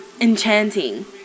enchanting